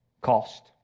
cost